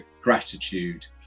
gratitude